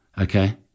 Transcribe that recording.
okay